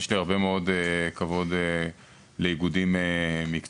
יש לי הרבה מאוד כבוד לאיגודים מקצועיים